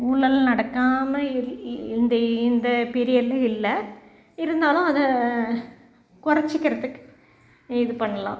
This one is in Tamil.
ஊழல் நடக்காமல் இரு இந்த இந்த பீரியட்டில் இல்லை இருந்தாலும் அதை குறச்சிறதுக்கு இது பண்ணலாம்